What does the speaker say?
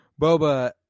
Boba